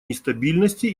нестабильности